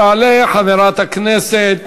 תעלה חברת הכנסת